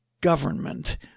government